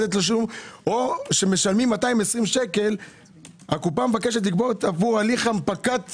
או שמשלמים 220 שקל הקופה מבקשת לגבות עבור הליך הנפקת המרשם.